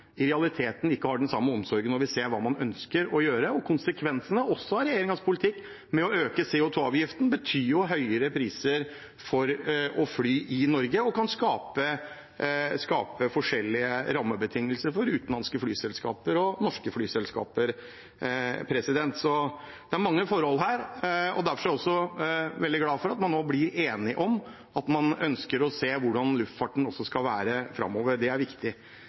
i realiteten ikke har den samme omsorgen når man ser hva man ønsker å gjøre. Også konsekvensene av regjeringens politikk med å øke CO 2 -avgiften betyr høyere priser for å fly i Norge og kan skape forskjellige rammebetingelser for utenlandske og norske flyselskaper. Det er mange forhold her, og derfor er jeg veldig glad for at man nå blir enige om at man ønsker å se hvordan luftfarten også skal være framover. Det er viktig.